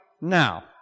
now